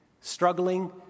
struggling